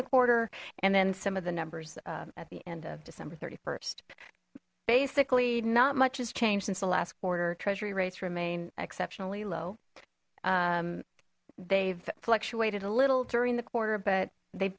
the quarter and then some of the numbers at the end of december st basically not much has changed since the last quarter treasury rates remain exceptionally low they've fluctuated a little during the quarter but they